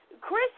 Chris